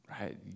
right